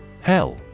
Hell